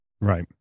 right